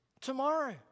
tomorrow